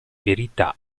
verità